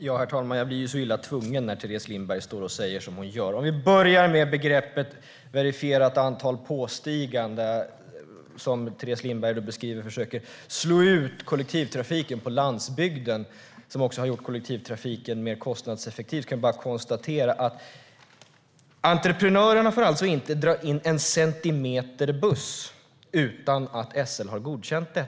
Herr talman! Jag blir så illa tvungen att begära replik när Teres Lindberg står och säger detta. Jag börjar med begreppet verifierat antal påstigande, som Teres Lindberg beskriver som att man försöker slå ut kollektivtrafiken på landsbygden men som också har gjort kollektivtrafiken mer kostnadseffektiv. Jag kan bara konstatera att entreprenörerna inte får dra in en centimeter buss utan att SL har godkänt det.